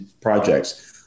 projects